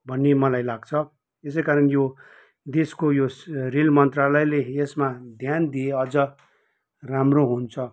भन्ने मलाई लाग्छ यसौ कारण यो देशको यो रेल मन्त्रालयले यसमा ध्यान दिए अझ राम्रो हुन्छ